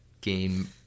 game